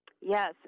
Yes